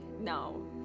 no